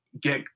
get